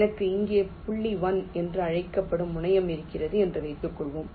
எனக்கு இங்கே புள்ளி 1 என்று அழைக்கப்படும் முனையம் இருக்கிறது என்று வைத்துக்கொள்வோம்